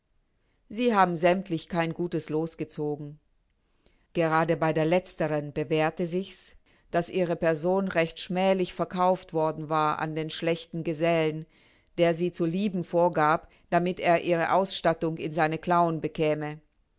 sie haben sämmtlich kein gutes loos gezogen gerade bei der letzteren bewährte sich's daß ihre person recht schmählich verkauft worden war an den schlechten gesellen der sie zu lieben vorgab damit er ihre ausstattung in seine klauen bekäme